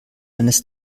eines